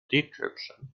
decryption